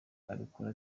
abikora